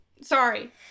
Sorry